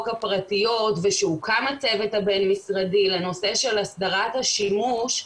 הפרטיות ושהוקם הצוות הבין-משרדי לנושא של הסדרת השימוש,